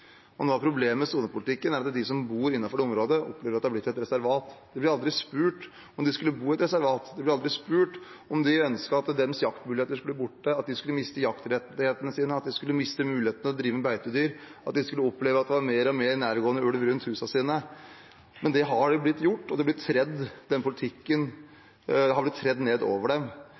Og noe av problemet med sonepolitikken er at de som bor innenfor det området, opplever at det er blitt et reservat. De ble aldri spurt om de skulle bo i et reservat. De ble aldri spurt om de ønsket at deres jaktmuligheter skulle bli borte, at de skulle miste jaktrettighetene sine, at de skulle miste mulighetene til å drive med beitedyr, at de skulle oppleve at det var mer og mer nærgående ulv rundt husene sine. Men dette har skjedd, og den politikken har blitt tredd ned over dem.